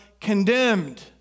condemned